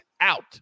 out